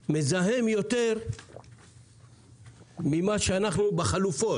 הכלי הרב-פעמי מזהם יותר מן החלופות,